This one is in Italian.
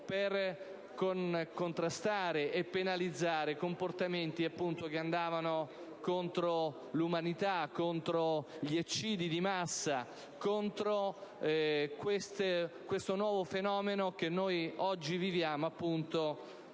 per contrastare e penalizzare comportamenti che andavano contro l'umanità, contro gli eccidi di massa, contro il nuovo fenomeno che noi oggi viviamo con